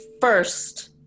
first